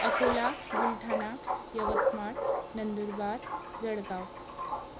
Akola Buldhana Yavatmal Nandurbar Jalgaon